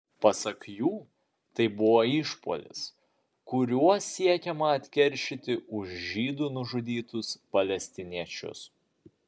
pasak jų tai buvo išpuolis kuriuo siekiama atkeršyti už žydų nužudytus palestiniečius